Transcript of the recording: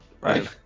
right